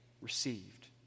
received